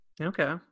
okay